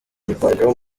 bikorwa